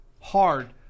hard